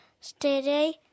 steady